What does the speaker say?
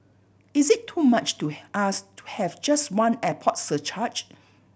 is it too much to ask to have just one airport surcharge